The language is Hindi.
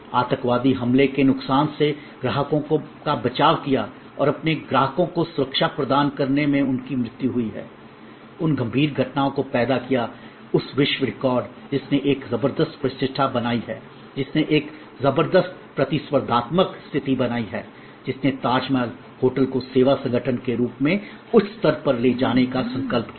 आतंकवादी हमले के नुकसान से ग्राहकों का बचाव किया और अपने ग्राहकों को सुरक्षा प्रदान करने में उनकी मृत्यु हुई है उन गंभीर घटनाओं को पैदा किया है उस विश्व रिकॉर्ड जिसने एक जबरदस्त प्रतिष्ठा बनाई है जिसने एक जबरदस्त प्रतिस्पर्धात्मक स्थिति बनाई है जिसने ताजमहल होटल को सेवा संगठन के रूप में उच्च स्तर पर ले जानेका संकल्प लिया है